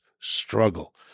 struggle